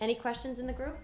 any questions in the group